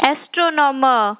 Astronomer